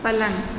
पलंग